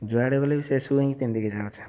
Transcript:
ଯୁଆଡ଼େ ଗଲେ ବି ସେ ସୁ' ହିଁ ପିନ୍ଧିକି ଯାଉଛି